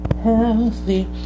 healthy